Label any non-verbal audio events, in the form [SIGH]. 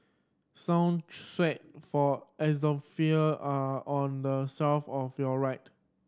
song [UNINTELLIGIBLE] for [UNINTELLIGIBLE] are on the shelf of your right